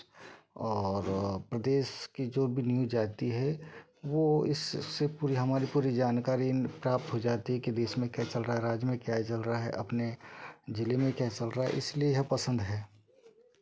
और प्रदेश की जो भी न्यूज़ जाती है वह इस से पूरी हमारी पूरी जानकारी प्राप्त हो जाती की बीच में क्या चल रहा है राज्य में क्या चल रहा है अपने जिले में क्या चल रहा है इसलिए यह पसंद है